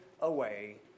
away